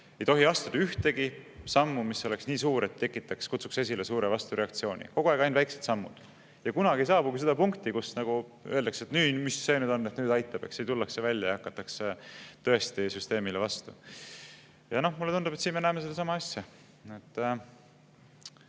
Ei tohi astuda ühtegi sammu, mis oleks nii suur, et kutsuks esile suure vastureaktsiooni. Kogu aeg on ainult väikesed sammud ja kunagi ei saabugi seda punkti, kus öeldakse: "Ei! Mis see nüüd on? Nüüd aitab!" ning tullakse välja ja hakatakse tõesti süsteemile vastu. Ja mulle tundub, et siin me näeme sedasama asja.